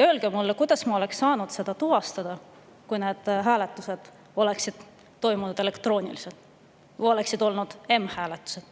Öelge mulle, kuidas me oleks saanud seda tuvastada, kui need hääletused oleksid toimunud elektrooniliselt või oleks olnud m‑hääletus.